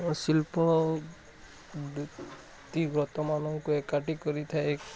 ଆମର ଶିଳ୍ପ ବୃତ୍ତିଗତମାନଙ୍କୁ ଏକାଠି କରିଥାଏ